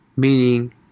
Meaning